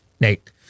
Nate